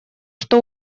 что